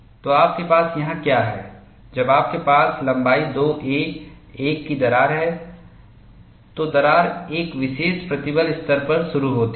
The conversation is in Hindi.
तो आपके पास यहां क्या है जब आपके पास लंबाई 2a1 की दरार है तो दरार एक विशेष प्रतिबल स्तर पर शुरू होती है